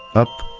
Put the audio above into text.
up,